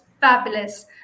fabulous